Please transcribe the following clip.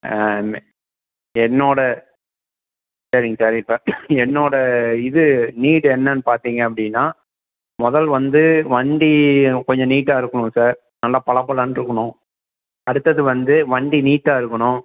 மே என்னோட சரிங் சார் இப்போ என்னோட இது நீடு என்னன்னு பார்த்திங்கனா முதல் வந்து வண்டி கொஞ்சம் நீட்டாக இருக்கணும் சார் நல்லா பளபளன்னு இருக்கணும் அடுத்தது வந்து வண்டி நீட்டாக இருக்கணும்